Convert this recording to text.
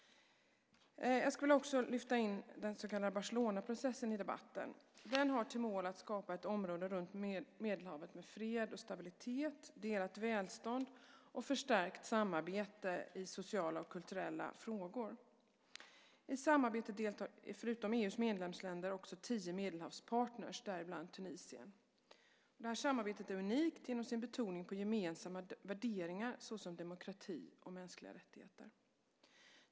Jag skulle också vilja lyfta in den så kallade Barcelonaprocessen i debatten. Den har som mål att skapa ett område runt Medelhavet med fred och stabilitet, delat välstånd och förstärkt samarbete i sociala och kulturella frågor. I samarbetet deltar förutom EU:s medlemsländer också tio Medelhavspartner, däribland Tunisien. Det här samarbetet är unikt genom sin betoning på gemensamma värderingar, såsom demokrati och mänskliga rättigheter.